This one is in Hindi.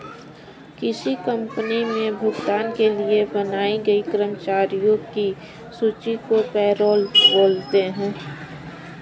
किसी कंपनी मे भुगतान के लिए बनाई गई कर्मचारियों की सूची को पैरोल बोलते हैं